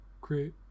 Great